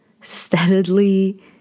steadily